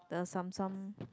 the sum sum